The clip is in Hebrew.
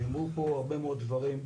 נאמרו פה הרבה מאוד דברים.